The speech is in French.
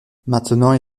maintenant